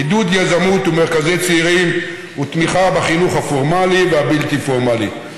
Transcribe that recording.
עידוד יזמות ומרכזי צעירים ותמיכה בחינוך הפורמלי והבלתי-פורמלי.